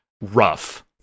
rough